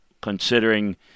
considering